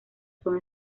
son